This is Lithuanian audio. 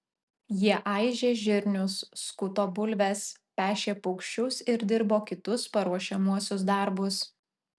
jie aižė žirnius skuto bulves pešė paukščius ir dirbo kitus paruošiamuosius darbus